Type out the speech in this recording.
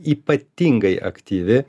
ypatingai aktyvi